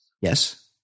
yes